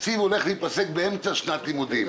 התקציב הולך להיפסק באמצע שנת לימודים.